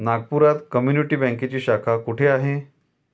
नागपुरात कम्युनिटी बँकेची शाखा कुठे आहे?